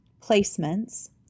placements